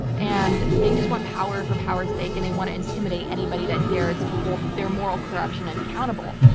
and they just want power for power sake, and they want to intimidate anybody that dares to hold their moral corruption accountable.